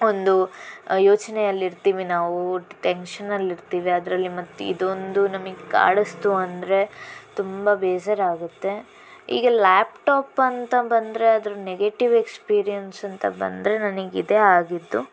ಒಂದು ಯೋಚನೆಯಲ್ಲಿ ಇರ್ತೀವಿ ನಾವು ಟೆನ್ಷನಲ್ಲಿ ಇರ್ತೀವಿ ಅದರಲ್ಲಿ ಮತ್ತೆ ಇದೊಂದು ನಮಗೆ ಕಾಡಿಸ್ತು ಅಂದರೆ ತುಂಬ ಬೇಜಾರು ಆಗುತ್ತೆ ಈಗ ಲ್ಯಾಪ್ಟಾಪ್ ಅಂತ ಬಂದರೆ ಅದರ ನೆಗೆಟಿವ್ ಎಕ್ಸ್ಪೀರಿಯನ್ಸ್ ಅಂತ ಬಂದರೆ ನನಗಿದೇ ಆಗಿದ್ದು